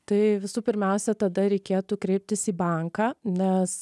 tai visų pirmiausia tada reikėtų kreiptis į banką nes